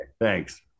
Thanks